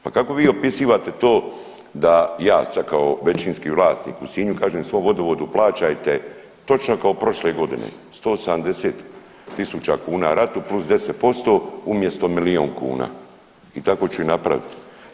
Pa kako vi opisivate to da ja sad kao većinski vlasnik u Sinju kažem svom vodovodu plaćajte točno kao prošle godine 170.000 kuna ratu plus 10% umjesto milijun kuna i tako ću i napravit.